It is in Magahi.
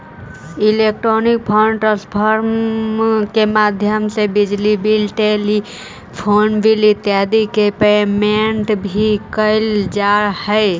इलेक्ट्रॉनिक फंड ट्रांसफर के माध्यम से बिजली बिल टेलीफोन बिल इत्यादि के पेमेंट भी कैल जा हइ